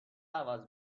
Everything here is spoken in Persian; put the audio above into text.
عوض